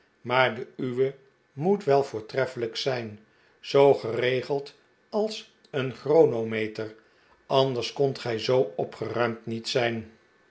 maar de uwe moet wel voortreffelijk zijn zoo geregeld als een chronometer anders kohdt gij zoo opgeruimd niet zijn